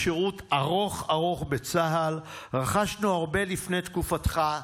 בשירות ארוך ארוך בצה"ל, רכשנו הרבה לפני תקופתך,